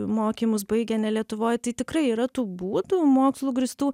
mokymus baigę ne lietuvoj tai tikrai yra tų būdų mokslu grįstų